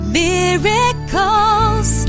miracles